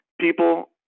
People